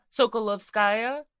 Sokolovskaya